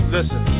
Listen